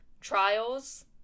trials